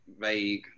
vague